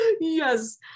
Yes